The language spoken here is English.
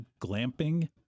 glamping